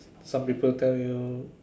some people tell you